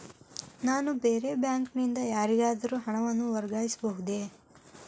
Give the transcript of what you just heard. ನಾನು ಬೇರೆ ಬ್ಯಾಂಕ್ ನಿಂದ ಯಾರಿಗಾದರೂ ಹಣವನ್ನು ವರ್ಗಾಯಿಸಬಹುದೇ?